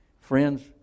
Friends